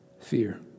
fear